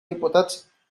diputats